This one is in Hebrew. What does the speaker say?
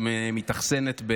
שמתאכסנת,